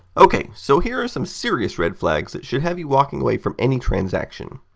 ok, so here are some serious red flags that should have you walking away from any transaction.